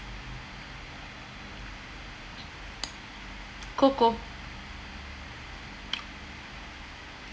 coco